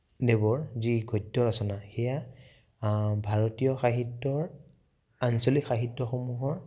দেৱৰ যি গদ্য ৰচনা সেয়া ভাৰতীয় সাহিত্যৰ আঞ্চলিক সাহিত্যসমূহৰ